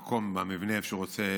המקום והמבנה שבו הוא רוצה